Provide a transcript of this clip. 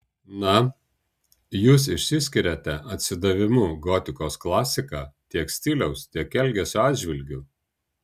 na jūs išsiskiriate atsidavimu gotikos klasika tiek stiliaus tiek elgesio atžvilgiu